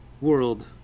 world